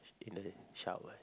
in the shower